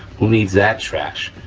who needs that trash,